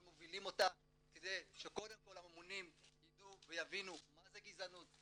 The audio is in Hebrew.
מובילים אותה כדי שקודם כל הממונים ידעו ויבינו מה זה גזענות,